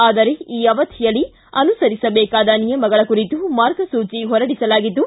ಆದರೆ ಈ ಅವಧಿಯಲ್ಲಿ ಅನುಸರಿಬೇಕಾದ ನಿಯಮಗಳ ಕುರಿತು ಮಾರ್ಗಸೂಚಿ ಹೊರಡಿಸಲಾಗಿದ್ದು